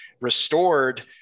restored